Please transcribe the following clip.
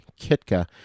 Kitka